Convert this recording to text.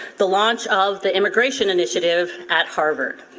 the launch of the immigration initiative at harvard.